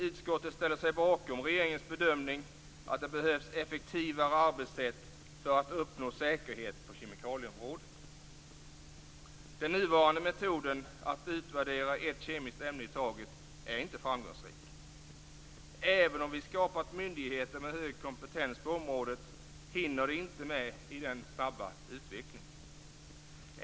Utskottet ställer sig bakom regeringens bedömning att det behövs effektivare arbetssätt för att uppnå säkerhet på kemikalieområdet. Den nuvarande metoden - att utvärdera ett kemiskt ämne i taget - är inte framgångsrik. Även om vi skapat myndigheter med hög kompetens på området hinner dessa inte med i den snabba utvecklingen.